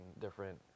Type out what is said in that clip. different